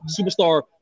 superstar